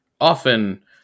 often